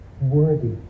worthy